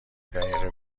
دقیقه